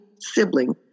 sibling